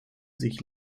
sich